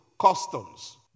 customs